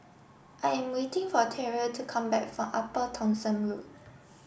I am waiting for Tyrel to come back from Upper Thomson Road